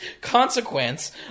consequence